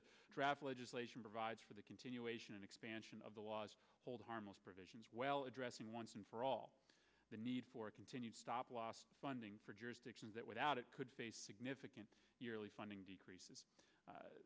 the draft legislation provides for the continuation and expansion of the laws hold harmless provisions well addressing once and for all the need for continued stop loss funding for jurisdictions that without it could face significant yearly funding decreases